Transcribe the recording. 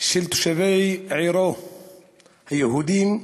של תושבי עירו היהודים,